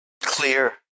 clear